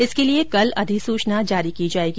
इसके लिए कल अधिसूचना जारी की जाएगी